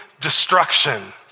destruction